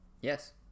Yes